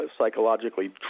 psychologically